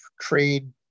trade